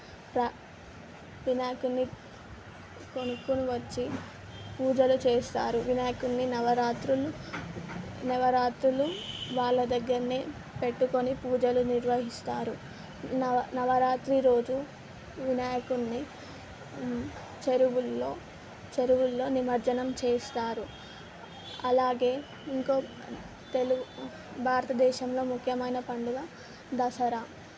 ర వినాయకుడిని కొనుక్కొని వచ్చి పూజలు చేస్తారు వినాయకుడిని నవరాత్రులు నవరాత్రులు వాళ్ళ దగ్గరనే పెట్టుకొని పూజలు నిర్వహిస్తారు నవ నవరాత్రి రోజు వినాయకున్ని చెరువుల్లో చెరువుల్లో నిమజ్జనం చేస్తారు అలాగే ఇంకో తెలుగు భారత దేశంలో ముఖ్యమైన పండగ దసరా